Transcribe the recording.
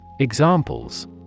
Examples